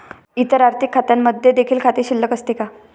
इतर आर्थिक खात्यांमध्ये देखील खाते शिल्लक असते का?